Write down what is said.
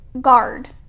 guard